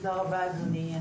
תודה רבה אדוני היושב ראש.